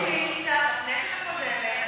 הגשתי שאילתה גם בכנסת הקודמת,